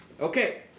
okay